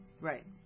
Right